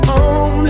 on